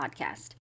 podcast